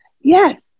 Yes